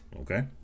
Okay